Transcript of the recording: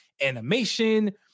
animation